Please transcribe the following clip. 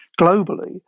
globally